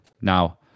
Now